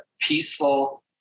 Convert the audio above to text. peaceful